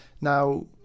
Now